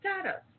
status